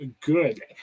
Good